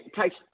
takes